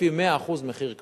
לפי 100% מחיר קרקע.